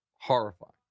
horrifying